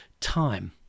time